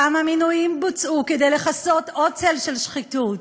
כמה מינויים נעשו כדי לכסות עוד צל של שחיתות?